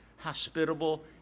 hospitable